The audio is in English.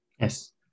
Yes